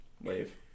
Wave